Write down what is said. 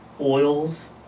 oils